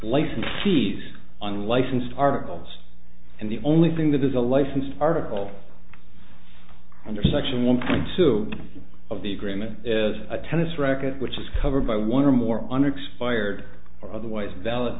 licensees on licensed articles and the only thing that is a licensed article under section one point two of the agreement as a tennis racket which is covered by one or more unexpired or otherwise valid